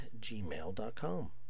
gmail.com